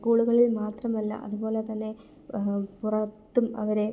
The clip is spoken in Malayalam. സ്കൂളുകളിൽ മാത്രമല്ല അതുപോലെത്തന്നെ പുറത്തും അവരെ